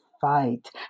fight